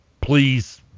please